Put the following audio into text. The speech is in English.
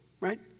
right